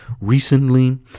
recently